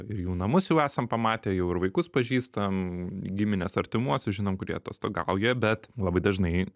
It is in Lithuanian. ir jų namus jau esam pamatę jau ir vaikus pažįstam gimines artimuosius žinom kur jie atostogauja bet labai dažnai